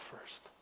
first